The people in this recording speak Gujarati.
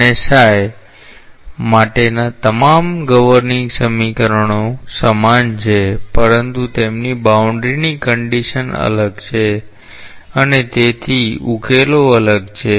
અને માટેના તમામ ગવર્નિંગ સમીકરણો સમાન છે પરંતુ તેમની બાઊન્ડ્રીની કંડિશન અલગ છે અને તેથી ઉકેલો અલગ છે